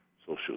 social